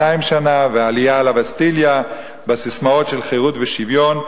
שנה והעלייה על הבסטיליה בססמאות של חירות ושוויון,